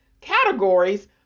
categories